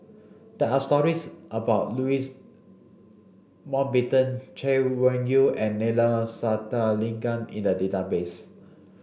there are stories about Louis Mountbatten Chay Weng Yew and Neila Sathyalingam in the database